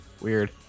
Weird